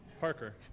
Parker